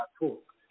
talk